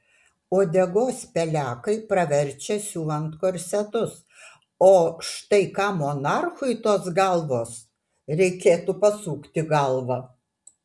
uodegos pelekai praverčia siuvant korsetus o štai kam monarchui tos galvos reikėtų pasukti galvą